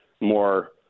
more